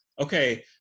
okay